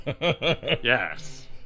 Yes